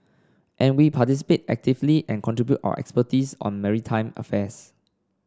and we participate actively and contribute our expertise on maritime affairs